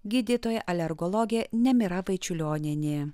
gydytoja alergologė nemira vaičiulionienė